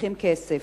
צריכים כסף.